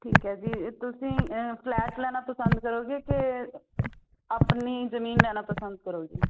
ਠੀਕ ਹੈ ਜੀ ਤੁਸੀਂ ਫਲੈਟ ਲੈਣਾ ਪਸੰਦ ਕਰੋਗੇ ਕਿ ਆਪਣੀ ਜ਼ਮੀਨ ਲੈਣਾ ਪਸੰਦ ਕਰੋਗੇ